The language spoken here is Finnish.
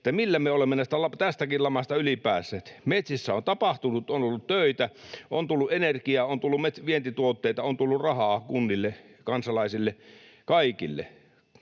se, millä me olemme tästäkin lamasta yli päässeet. Metsissä on tapahtunut, on ollut töitä, on tullut energiaa, on tullut vientituotteita, on tullut rahaa kunnille, kansalaisille, kaikille.